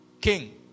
king